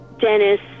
Dennis